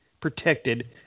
protected